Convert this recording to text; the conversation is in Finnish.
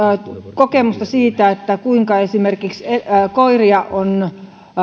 kokemusta siitä kuinka esimerkiksi koiria on